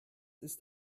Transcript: ist